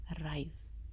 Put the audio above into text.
rise